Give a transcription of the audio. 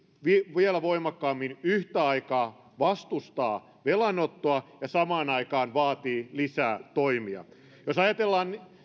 vielä voimakkaammin yhtä aikaa vastustaa velanottoa ja samaan aikaan vaatii lisää toimia jos ajatellaan